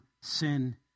sin